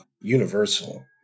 universal